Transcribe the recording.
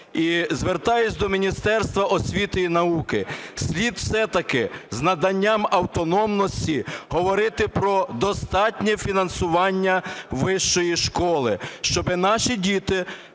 І звертаюсь до Міністерства освіти і науки: слід все-таки з наданням автономності говорити про достатнє фінансування вищої школи, щоб наші діти